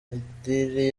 indiri